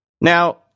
Now